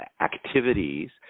activities